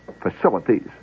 facilities